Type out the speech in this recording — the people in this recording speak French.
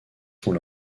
font